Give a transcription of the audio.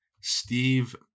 Steve